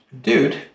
dude